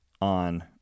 on